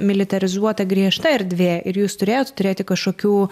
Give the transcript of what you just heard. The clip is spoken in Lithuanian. militarizuota griežta erdvė ir jūs turėjot turėti kažkokių